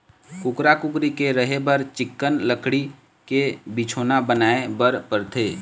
कुकरा, कुकरी के रहें बर चिक्कन लकड़ी के बिछौना बनाए बर परथे